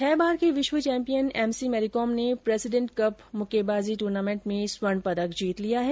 छह बार की विश्व चैम्पियन एमसी मेरीकॉम ने प्रेसिडेंट कप मुक्केबाजी ट्र्नामेंट में स्वर्ण पदक जीत लिया है